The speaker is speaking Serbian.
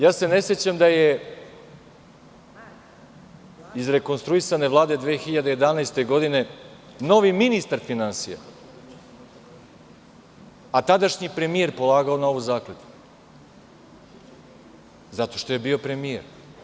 Ne sećam da je iz rekonstruisane Vlade 2011. godine novi ministar finansija, a tadašnji premijer, polagao novu zakletvu zato što je bio premijer.